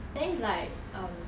then he's like um